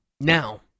Now